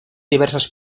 diversas